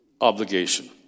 obligation